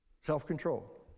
Self-control